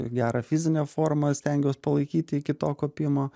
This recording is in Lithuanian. gerą fizinę formą stengiuos palaikyt iki to kopimo